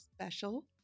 special